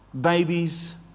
Babies